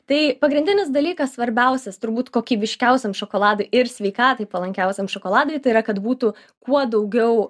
tai pagrindinis dalykas svarbiausias turbūt kokybiškiausiam šokoladui ir sveikatai palankiausiam šokoladui tai yra kad būtų kuo daugiau